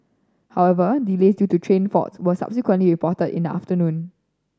however delays due to train fault were subsequently reported in the afternoon